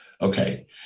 Okay